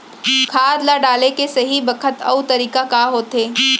खाद ल डाले के सही बखत अऊ तरीका का होथे?